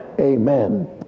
Amen